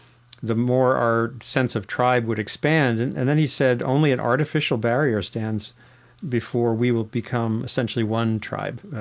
the more our sense of tribe would expand. and and then he said, only an artificial barrier stands before we will become essentially one tribe,